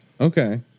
Okay